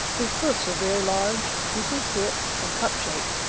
his hoofs are very large, deeply slit, and cup-shaped.